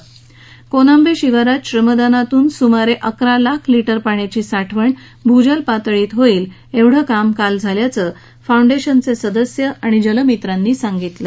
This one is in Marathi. श्रमदानातून कोनांबे शिवारात सुमारे अकरा लाख लिटर पाण्याची साठवण भूजल पातळीत होईल वेढं काम काल झाल्याचं फाउंडेशनचे सदस्य आणि जलमित्रांनी सांगितलं